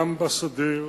גם בשדה,